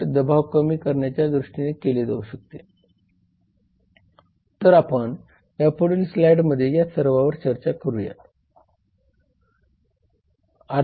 हवा प्रतिबंध आणि लोकसंख्या नियंत्रण अधिनियम 1981